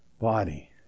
body